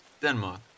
Denmark